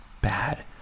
bad